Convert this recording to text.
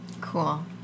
Cool